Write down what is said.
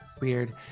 weird